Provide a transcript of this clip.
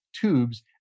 tubes